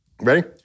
Ready